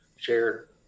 Shared